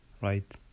right